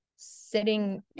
sitting